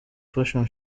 fashion